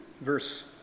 verse